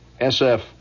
SF